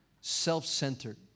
self-centered